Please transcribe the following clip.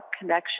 connection